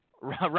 right